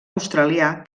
australià